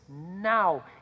now